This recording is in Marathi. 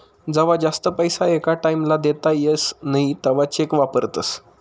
जवा जास्त पैसा एका टाईम ला देता येस नई तवा चेक वापरतस